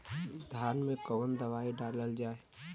धान मे कवन दवाई डालल जाए?